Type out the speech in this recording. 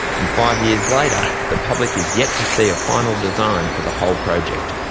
and five years later, the public is yet to see a final design for the whole project.